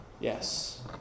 Yes